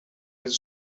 met